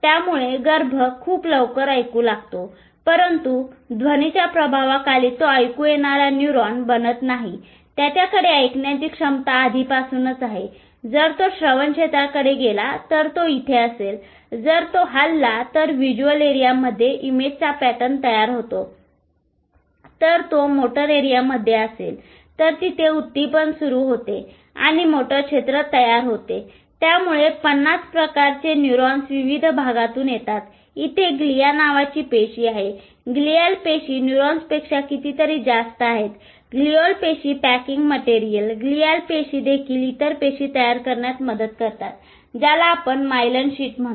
त्यामुळे गर्भ खूप लवकर ऐकू लागतो परंतु ध्वनीच्या प्रभावाखाली तो ऐकू येणारा न्यूरॉन बनत नाही त्याच्याकडे ऐकण्याची क्षमता आधीपासूनच आहे जर तो श्रवण क्षेत्राकडे गेला तर तो इथे असेल जर तो हलला तर व्हिज्युअल एरियामध्ये इमेजचा पॅटर्न प्राप्त होतो जर ती मोटर एरियामध्ये असेल तर तिथे उद्दीपन सुरु होते आणि मोटर क्षेत्र तयार होते त्यामुळे 50 प्रकारचे न्यूरॉन्स विविध भागातून येतात इथे ग्लीया नावाची पेशी आहे ग्लियाल पेशी न्यूरॉन्सपेक्षा कितीतरी जास्त आहेत ग्लिअल पेशी पॅकिंग मटेरियल ग्लियाल पेशी देखील इतर पेशी तयार करण्यात मदत करतात ज्याला आपण मायलिन शीट म्हणतो